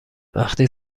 وقتی